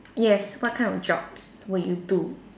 yes what kind of jobs will you do